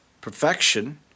perfection